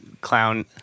clown